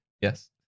yes